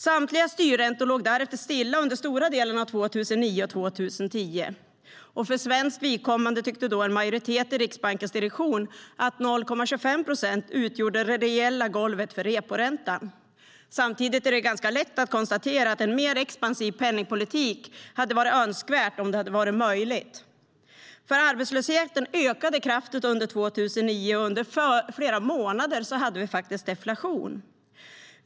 Samtliga styrräntor låg därefter stilla under stora delar av 2009 och 2010. För svenskt vidkommande tyckte då en majoritet av Riksbankens direktion att 0,25 procent utgjorde det reella golvet för reporäntan. Samtidigt är det ganska lätt att konstatera att en mer expansiv penningpolitik hade varit önskvärd om det hade varit möjligt eftersom arbetslösheten ökade kraftigt under 2009. Under flera månader hade vi faktiskt deflation.